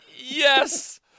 Yes